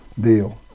deal